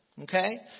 Okay